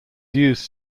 used